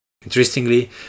Interestingly